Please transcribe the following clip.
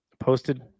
Posted